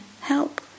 help